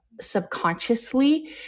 subconsciously